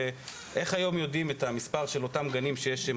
איך היום יודעים את המספר של אותם גנים שיש בהם